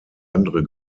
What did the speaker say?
andere